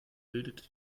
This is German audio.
bildeten